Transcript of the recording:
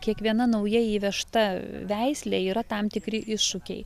kiekviena nauja įvežta veislė yra tam tikri iššūkiai